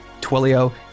Twilio